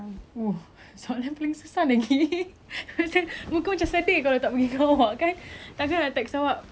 muka macam sedih kalau tak pergi dengan awak kan takkan nak text awak babe tomorrow saya nak pergi dubai got ticket free